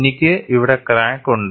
എനിക്ക് ഇവിടെ ക്രാക്ക് ഉണ്ട്